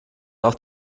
auch